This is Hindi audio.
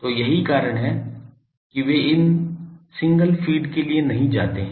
तो यही कारण है कि वे इन सिंगल फ़ीड के लिए नहीं जाते हैं